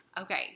Okay